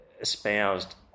espoused